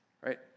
right